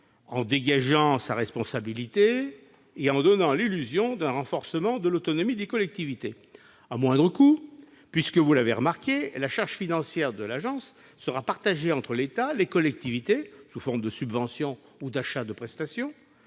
en dégageant sa responsabilité et en donnant l'illusion d'un renforcement de l'autonomie des collectivités, et ce à moindre coût également. Vous aurez en effet remarqué que la charge financière de l'agence reposera sur l'État, les collectivités, sous forme de subventions ou d'achats de prestations,